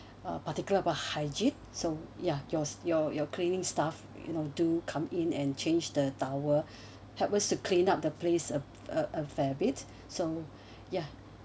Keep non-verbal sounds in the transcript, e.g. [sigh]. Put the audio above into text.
uh particular about hygiene so ya yours your your cleaning staff you know do come in and change the towel [breath] help us to clean up the place a~ a fair bit so ya